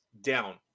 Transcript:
down